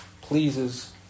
pleases